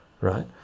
right